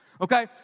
okay